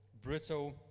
brutal